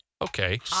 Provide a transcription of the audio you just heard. Okay